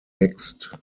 mixed